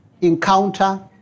encounter